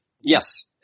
Yes